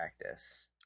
practice